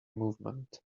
movement